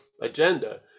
agenda